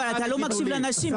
אבל אתה לא מקשיב לאנשים.